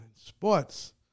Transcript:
sports